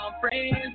friends